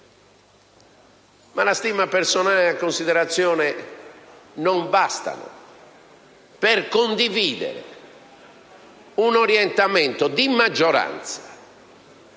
la stima personale e la considerazione non bastano per condividere un orientamento di maggioranza,